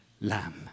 lamb